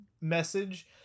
message